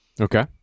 Okay